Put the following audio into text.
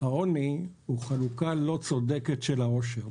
"העוני הוא חלוקה לא צודקת של העושר".